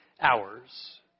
hours